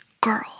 girl